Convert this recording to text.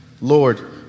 Lord